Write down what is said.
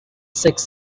six